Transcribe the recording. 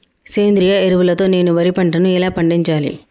సేంద్రీయ ఎరువుల తో నేను వరి పంటను ఎలా పండించాలి?